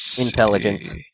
intelligence